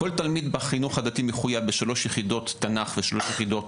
כל תלמיד בחינוך הדתי מחויב ב-3 יחידות תנ"ך ו-3 יחידות